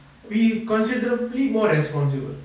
be considerably more responsible